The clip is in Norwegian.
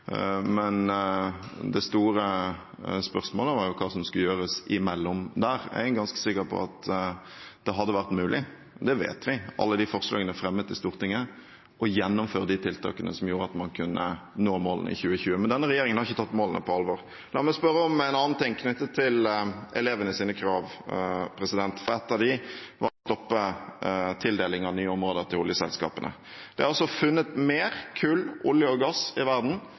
men det store spørsmålet var hva som skulle gjøres imellom der. Jeg er ganske sikker på at det hadde vært mulig – det vet vi, med alle de forslagene fremmet i Stortinget – å gjennomføre de tiltakene som ville gjort at man kunne nå målene i 2020. Men denne regjeringen har ikke tatt målene på alvor. La meg spørre om en annen ting knyttet til elevenes krav. Et av dem var å stoppe tildeling av nye områder til oljeselskapene. Det er funnet mer kull, olje og gass i verden